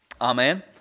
Amen